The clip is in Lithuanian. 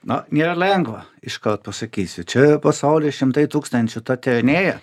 na nėra lengva iškart pasakysiu čia pasauly šimtai tūkstančių tą tyrinėja